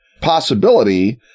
possibility